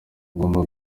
ugomba